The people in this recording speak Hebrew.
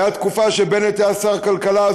הייתה תקופה שבנט היה שר הכלכלה,